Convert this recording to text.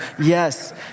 Yes